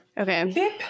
Okay